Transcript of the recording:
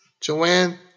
Joanne